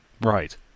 right